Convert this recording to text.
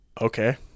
Okay